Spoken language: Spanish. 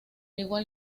igual